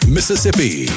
Mississippi